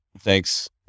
thanks